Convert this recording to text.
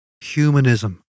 humanism